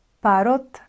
Parot